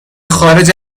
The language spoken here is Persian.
خارج